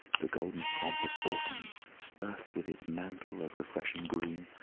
the golden pomp of autumn earth with its mantle of refreshing green,